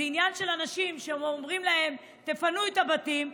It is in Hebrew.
זה עניין של אנשים שאומרים להם: תפנו את הבתים.